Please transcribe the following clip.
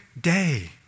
day